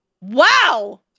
Wow